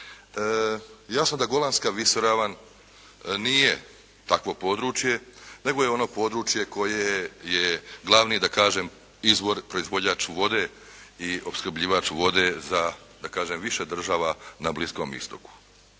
Jasno da Golanska visoravan nije takvo područje nego je ono područje koje je glavni da kažem izvor, proizvođač vode i opskrbljivač vode za, da kažem više država, na Bliskom istoku.